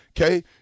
Okay